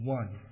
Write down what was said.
one